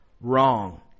wrong